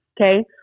okay